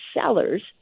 sellers